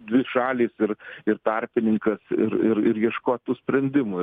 dvišaliais ir ir tarpininkas ir ir ir ieškot tų sprendimų ir